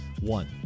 one